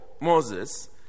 Moses